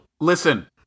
listen